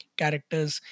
characters